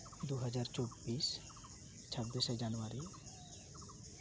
ᱫᱩᱦᱟᱡᱟᱨ ᱪᱚᱵᱵᱤᱥ ᱪᱷᱟᱵᱽᱵᱤᱥᱟ ᱡᱟᱱᱩᱣᱟᱨᱤ